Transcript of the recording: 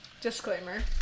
Disclaimer